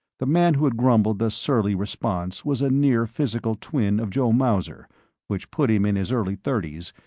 the man who had grumbled the surly response was a near physical twin of joe mauser which put him in his early thirties,